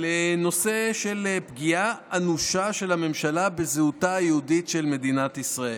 על הנושא של פגיעה אנושה של הממשלה בזהותה היהודית של מדינת ישראל.